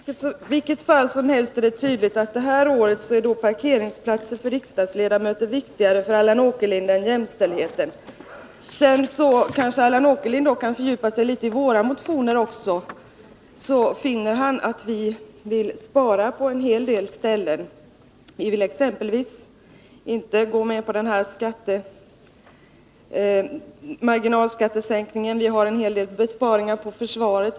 Herr talman! I vilket fall som helst är det tydligt att parkeringsplatser för riksdagsledamöter i år är viktigare för Allan Åkerlind än jämställdheten. Om Allan Åkerlind kan fördjupa sig litet i våra motioner, finner han att vi vill spara på en hel del ställen. Vi vill exempelvis inte gå med på marginalskattesänkningen. Vi har en hel del besparingar på försvaret.